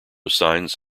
signs